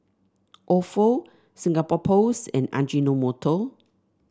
Ofo Singapore Post and Ajinomoto